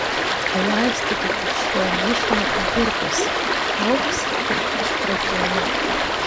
palaistykite šiuo mišiniu agurkus augs kaip išprotėję